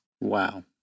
Wow